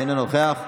אינו נוכח,